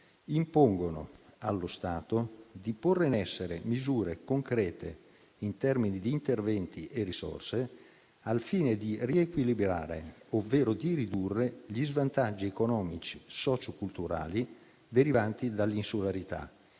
impone allo Stato di porre in essere misure concrete in termini di interventi e risorse, al fine di riequilibrare, ovvero di ridurre, gli svantaggi economici e socioculturali derivanti dall'insularità,